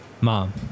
Mom